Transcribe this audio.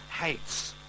hates